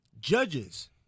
Judges